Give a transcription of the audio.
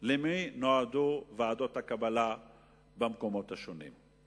למי נועדו ועדות הקבלה במקומות השונים.